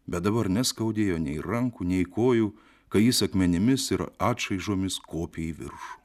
bet dabar neskaudėjo nei rankų nei kojų kai jis akmenimis ir atšaižomis kopė į viršų